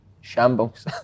shambles